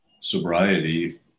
sobriety